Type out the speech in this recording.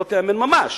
שלא תיאמן ממש.